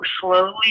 slowly